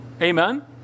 Amen